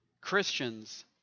Christians